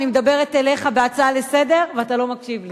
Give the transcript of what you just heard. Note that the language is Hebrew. שאני מדברת אליך בהצעה לסדר-היום ואתה לא מקשיב לי.